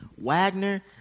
Wagner